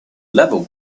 level